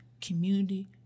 community